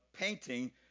painting